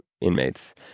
inmates